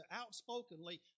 outspokenly